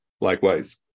Likewise